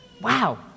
Wow